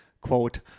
quote